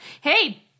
Hey